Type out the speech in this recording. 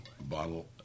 bottle